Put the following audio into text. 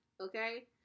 Okay